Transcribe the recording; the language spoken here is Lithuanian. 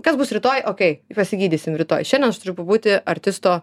kas bus rytoj okėj pasigydysim rytoj šiandien aš turiu būti artisto